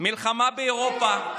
מלחמה באירופה,